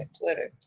Twitter